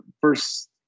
first